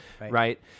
Right